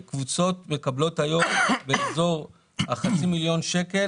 קבוצות מקבלות היום באזור החצי מיליון שקל